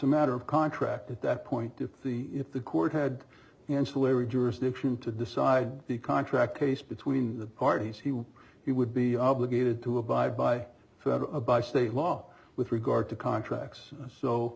a matter of contract at that point if the if the court had ancillary jurisdiction to decide the contract case between the parties he would he would be obligated to abide by fed by state law with regard to contracts so